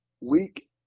week –